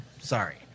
Sorry